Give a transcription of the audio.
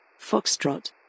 Foxtrot